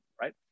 right